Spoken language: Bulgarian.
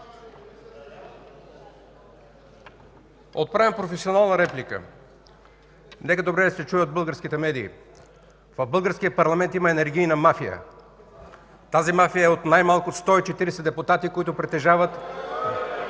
Отправям професионална реплика, нека добре да се чуе от българските медии. В Българския парламент има енергийна мафия. Тази мафия е от най-малко 140 депутати, които притежават...